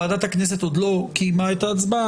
ועדת הכנסת עוד לא קיימה את ההצבעה,